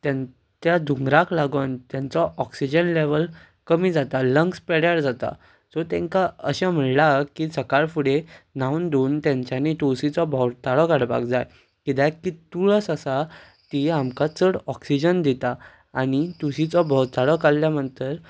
त्या धुंवराक लागून तांचो ऑक्सिजन लेवल कमी जाता लंग्स पेड्यार जाता सो तांकां अशें म्हणला की सकाळ फुडें न्हांवून धुवन तांच्यांनी तुळसीचो भोंवताळो काडपाक जाय किद्याक जी तुळस आसा ती आमकां चड ऑक्सिजन दिता आनी तुळसीचो भोंवताळो काडल्या नंतर